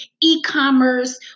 e-commerce